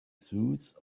suits